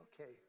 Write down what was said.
okay